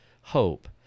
hope